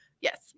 Yes